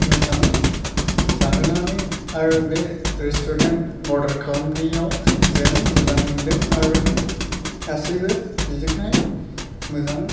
मोजां जाहोनानै आरो बे रेसट'रेन्ट अर्डार खालामनायाव जों मोजां मोनदों आरो गासैबो बिजोंहाय मोजां